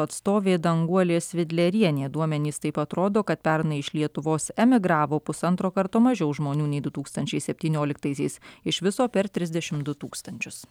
atstovė danguolė svidlerienė duomenys taip pat rodo kad pernai iš lietuvos emigravo pusantro karto mažiau žmonių nei du tūkstančiai septynioliktaisiais iš viso per trisdešim du tūkstančius